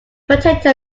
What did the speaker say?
potato